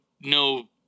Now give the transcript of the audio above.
no